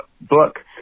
book